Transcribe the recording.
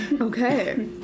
Okay